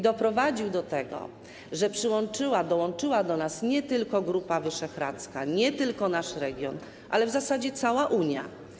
Doprowadził do tego, że dołączyła do nas nie tylko Grupa Wyszehradzka, nie tylko nasz region, ale w zasadzie cała Unia.